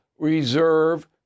reserve